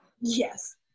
yes